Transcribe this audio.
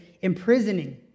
imprisoning